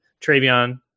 Travion